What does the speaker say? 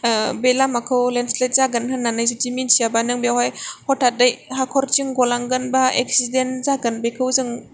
बे लामाखौ लेन्डस्लाइद जागोन होननानै जुदि मिथियाबा नों बेयावहाय हथाददै हाख'रथिं ग'लांगोन बा एक्सिडेन्ट जागोन बेखौ जों